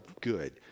good